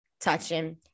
touching